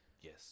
Yes